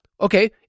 Okay